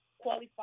qualify